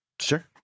Sure